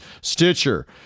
Stitcher